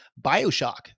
Bioshock